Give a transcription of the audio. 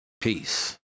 Peace